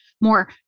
more